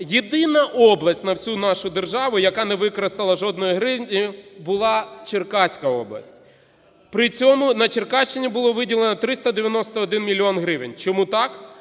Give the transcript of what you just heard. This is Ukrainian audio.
єдина область на всю нашу державу, яка не використала жодної гривні, була Черкаська область. При цьому на Черкащині було виділено 391 мільйон гривень. Чому так?